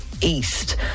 East